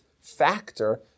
factor